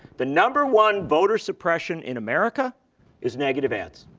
the number one voter suppression in america is negative ads,